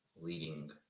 leading